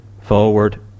forward